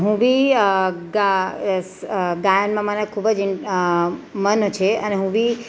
હું બી ગાયનમાં મને ખૂબ જ મન છે અને હું બી